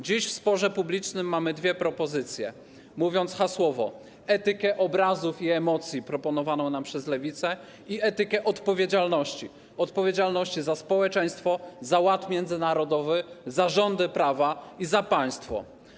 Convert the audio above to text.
Dziś w sporze publicznym mamy dwie propozycje, mówiąc hasłowo: etykę obrazów i emocji proponowaną nam przez Lewicę i etykę odpowiedzialności, odpowiedzialności za społeczeństwo, za ład międzynarodowy, za rządy prawa i za państwo.